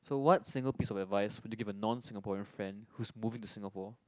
so what single piece of advice would you give a non Singaporean friend who's moving to Singapore